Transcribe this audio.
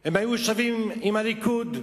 הם היו כמעט שווים עם הליכוד.